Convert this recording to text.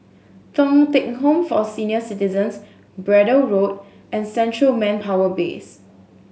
Thong Teck Home for Senior Citizens Braddell Road and Central Manpower Base